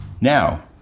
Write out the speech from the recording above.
Now